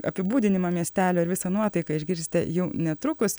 apibūdinimą miestelio ir visą nuotaiką išgirsite jau netrukus